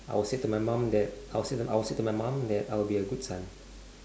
I will say to my mum that I'll say I'll say to my mum that I'll be a good son